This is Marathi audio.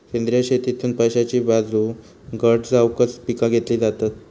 सेंद्रिय शेतीतसुन पैशाची बाजू घट जावकच पिका घेतली जातत